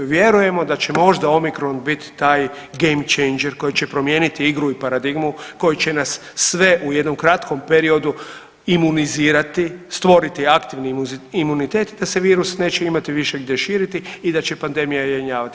Vjerujemo da će možda omikron bit taj game changer koji će promijeniti igru i paradigmu koji će nas sve u jednom kratkom periodu imunizirati, stvoriti aktivni imunitet te se virus neće imati više gdje širiti i da će pandemije jenjavati.